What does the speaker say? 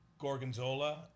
gorgonzola